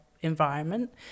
environment